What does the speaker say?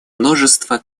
множество